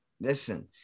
Listen